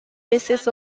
basis